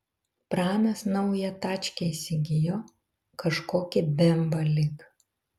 pranas naują tačkę įsigijo kažkokį bemvą lyg